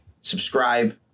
subscribe